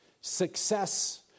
Success